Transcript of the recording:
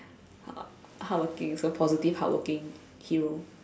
hardworking so positive hardworking hero